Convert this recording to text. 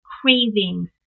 cravings